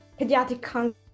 pediatric